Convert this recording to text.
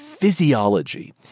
physiology